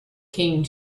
came